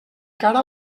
cara